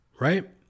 right